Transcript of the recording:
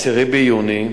10 ביוני,